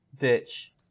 ditch